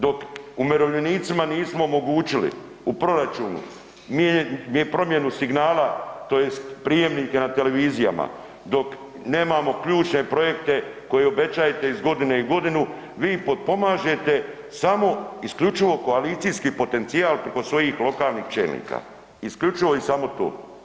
Dok umirovljenicima nismo omogućili u proračunu promjenu signala tj. prijemnika na televizijama, dok nemamo ključne projekte koje obećajete iz godine u godinu, vi potpomažete samo isključivo koalicijski potencijal preko svojih lokalnih čelnika, isključivo i samo to.